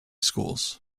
schools